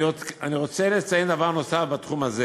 אני רוצה לציין דבר נוסף בתחום הזה.